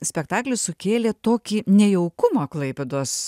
spektaklis sukėlė tokį nejaukumą klaipėdos